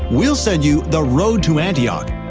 we'll send you the road to antioch,